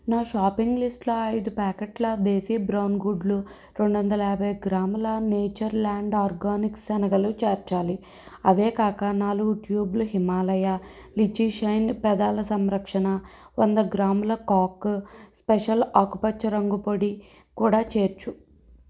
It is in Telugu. నా షాపింగ్ లిస్ట్లో ఐదు ప్యాకెట్ల దేశీ బ్రౌన్ గుడ్లు రెండువందల యాభై గ్రాముల నేచర్ ల్యాండ్ ఆర్గానిక్స్ శనగలు చేర్చాలి అవే కాక నాలుగు ట్యూబులు హిమాలయ లిచీ షైన్ పెదాల సంరక్షణ వంద గ్రాముల కాక్ స్పెషల్ ఆకుపచ్చ రంగుపొడి కూడా చేర్చు